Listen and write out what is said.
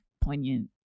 poignant